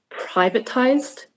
privatized